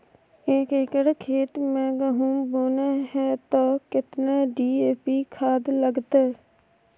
एक एकर खेत मे गहुम बोना है त केतना डी.ए.पी खाद लगतै?